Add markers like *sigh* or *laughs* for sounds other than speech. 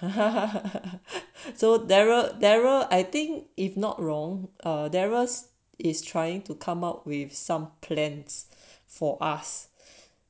*laughs* so daryl daryl I think if not wrong uh daryl is trying to come up with some plans for us